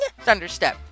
Thunderstep